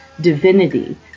divinity